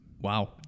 Wow